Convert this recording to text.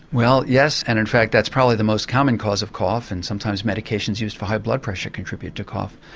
well, yes. and in fact that's probably the most common cause of cough, and sometimes medications used for high blood pressure can contribute to cough.